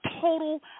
total